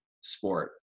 Sport